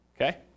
okay